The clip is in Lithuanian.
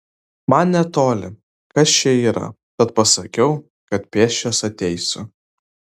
man netoli kas čia yra tad pasakiau kad pėsčias ateisiu